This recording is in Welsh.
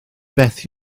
beth